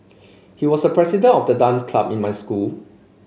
he was the president of the dance club in my school